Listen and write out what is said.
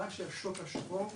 אחת שהשוק השחור,